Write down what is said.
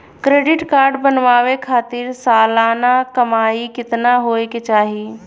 Credit card बनवावे खातिर सालाना कमाई कितना होए के चाही?